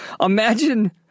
Imagine